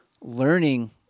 learning